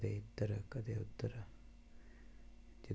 ते कदें इद्धर कदें उद्धर